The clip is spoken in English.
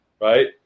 right